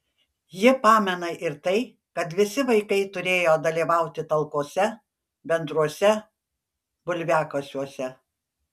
ji pamena ir tai kad visi vaikai turėjo dalyvauti talkose bendruose bulviakasiuose